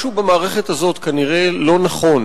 משהו במערכת הזאת כנראה לא נכון.